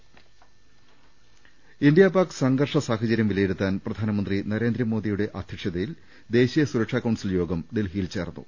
ങ്ങ ൽ ശ് ൽ ശ് ജ ൾ ൾ ൾ ൽ ഇന്ത്യാ പാക് സംഘർഷ സാഹചര്യം വിലയിരുത്താൻ പ്രധാന മന്ത്രി നരേന്ദ്രമോദിയുടെ അധ്യക്ഷതയിൽ ദേശീയ സുരക്ഷാ കൌൺസിൽ യോഗം ഡൽഹിയിൽ ചേർന്നു